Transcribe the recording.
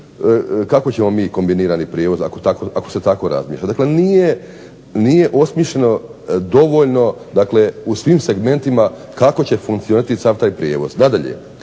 kako ćemo mi kombinirani prijevoz, ako se tako razmišlja? Dakle nije osmišljeno dovoljno dakle u svim segmentima kako će funkcionirati sav taj prijevoz. Nadalje,